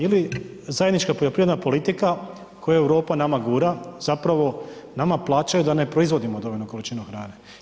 Ili zajednička poljoprivredna politika koju Europa nama gura, zapravo nama plaćaju da ne proizvodimo dovoljnu količinu hrane.